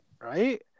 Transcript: right